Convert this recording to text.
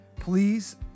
Please